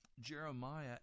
Jeremiah